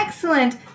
Excellent